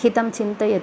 हितं चिन्तयति